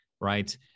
right